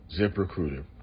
ZipRecruiter